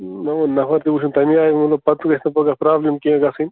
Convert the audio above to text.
نہَ وٕ نَفر تہِ وٕچھُن تٔمی آیہِ وٕ پَتہ گژھِ نہٕ پگاہ پرٛابِلِم تہِ کینٛہہ گژھٕنۍ